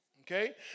Okay